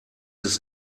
ist